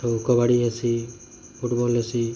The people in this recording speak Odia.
ଆଉ କବାଡ଼ି ଅସି ଫୁଟ୍ବଲ୍ ଅସି